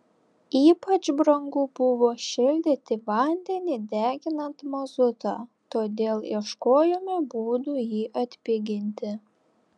ypač brangu buvo šildyti vandenį deginant mazutą todėl ieškojome būdų jį atpiginti